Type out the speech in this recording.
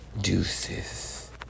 Deuces